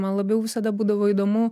man labiau visada būdavo įdomu